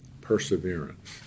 perseverance